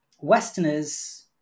Westerners